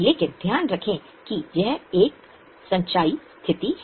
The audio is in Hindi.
लेकिन ध्यान रखें कि यह एक संचयी स्थिति है